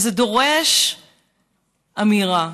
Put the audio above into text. וזה דורש אמירה,